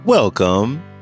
Welcome